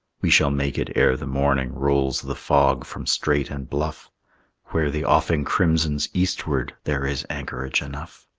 we shall make it ere the morning rolls the fog from strait and bluff where the offing crimsons eastward there is anchorage enough.